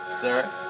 sir